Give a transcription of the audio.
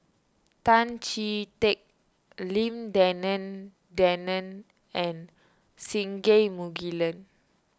Tan Chee Teck Lim Denan Denon and Singai Mukilan